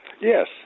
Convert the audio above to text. Yes